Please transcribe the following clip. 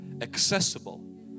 accessible